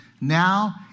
Now